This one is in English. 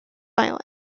island